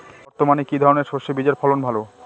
বর্তমানে কি ধরনের সরষে বীজের ফলন ভালো?